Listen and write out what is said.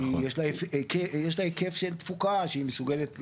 ויש לה היקף של תפוקה שהיא מסוגלת לעשות,